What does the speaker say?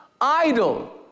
idle